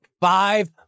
Five